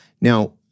Now